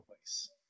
voice